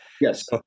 yes